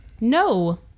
No